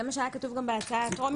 זה מה שהיה כתוב גם בהצעה הטרומית.